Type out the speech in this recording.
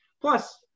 Plus